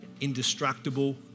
indestructible